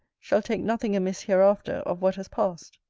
shall take nothing amiss hereafter, of what has passed.